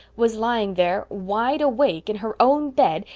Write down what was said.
was lying there, wide awake, in her own bed,